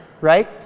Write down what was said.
right